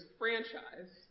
franchise